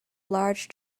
large